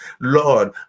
Lord